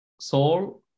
soul